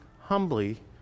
humbly